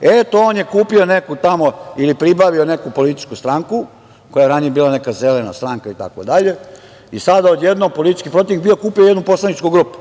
eto, on je kupio neku tamo ili pribavio neku političku stranku koja je ranije bila neka Zelena stranka itd, i sada odjednom politički protivnik, bio kupio jednu poslaničku grupu